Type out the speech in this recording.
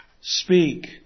Speak